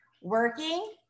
working